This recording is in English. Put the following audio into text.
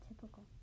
typical